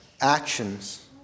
actions